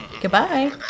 goodbye